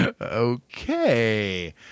okay